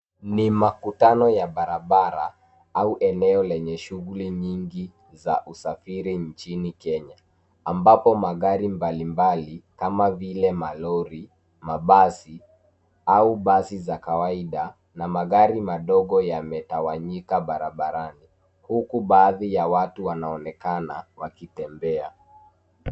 Ni makutano ya barabara au eneo lenye shughuli nyingi za usafiri mjini Kenya, ambapo magari mbalimbali kama vile malori, mabasi au basi za kawaida, na magari madogo yametawanyika barabarani. Huku baadhi ya watu wanaonekana wakitembea.